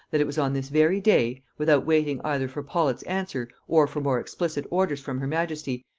that it was on this very day, without waiting either for paulet's answer or for more explicit orders from her majesty,